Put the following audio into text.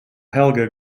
helga